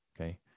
Okay